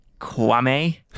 Kwame